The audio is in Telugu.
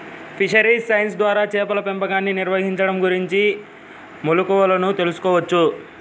ఫిషరీస్ సైన్స్ ద్వారా చేపల పెంపకాన్ని నిర్వహించడం గురించిన మెళుకువలను తెల్సుకోవచ్చు